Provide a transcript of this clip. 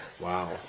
Wow